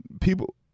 people